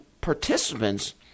participants